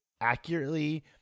accurately